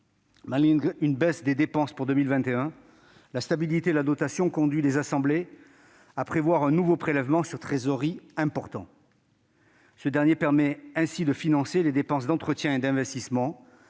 Malgré une baisse des dépenses en 2021, la stabilité de la dotation conduit les assemblées à prévoir un nouvel important prélèvement sur trésorerie, qui permet de financer les dépenses d'entretien et d'investissement